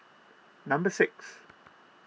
number six